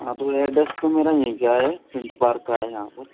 हाँ तो एड्रेस तो मेरा यहीं का है पिंटो पार्क का है यहाँ पर